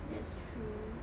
that's true